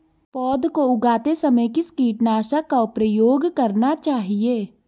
पौध को उगाते समय किस कीटनाशक का प्रयोग करना चाहिये?